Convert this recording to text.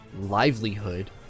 livelihood